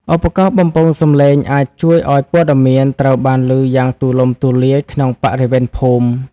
ឧបករណ៍បំពងសំឡេងអាចជួយឱ្យព័ត៌មានត្រូវបានឮយ៉ាងទូលំទូលាយក្នុងបរិវេណភូមិ។